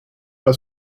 pas